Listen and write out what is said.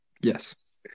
yes